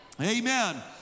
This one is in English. amen